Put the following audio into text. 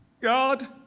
God